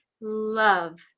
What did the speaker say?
love